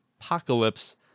apocalypse